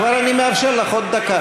אדוני, אני כבר מאפשר לך, עוד דקה.